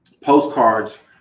postcards